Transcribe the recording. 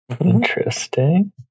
Interesting